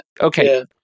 okay